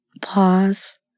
pause